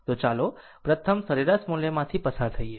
તો ચાલો પ્રથમ સરેરાશ મૂલ્યમાંથી પસાર થઈએ